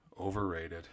Overrated